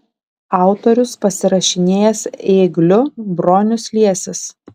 autorius pasirašinėjęs ėgliu bronius liesis